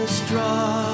straw